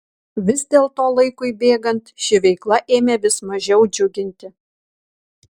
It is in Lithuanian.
vis dėlto laikui bėgant ši veikla ėmė vis mažiau džiuginti